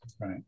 right